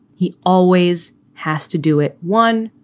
he always has to do it one,